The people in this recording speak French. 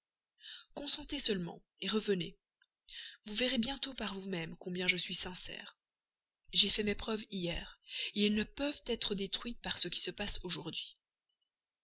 consentez seulement revenez vous verrez bientôt par vous-même combien je suis sincère j'ai fait mes preuves hier elles ne peuvent être détruites par ce qui se passe aujourd'hui